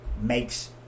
makes